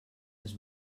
his